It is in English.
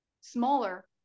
smaller